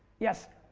yes.